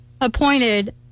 appointed